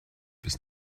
bis